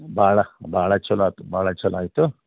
ಬಾಳ ಬಾಳ ಚೊಲೋ ಆತು ಬಾಳ ಚೊಲೋ ಆಯ್ತು